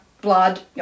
Blood